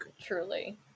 truly